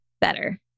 better